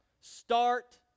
start